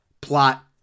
plot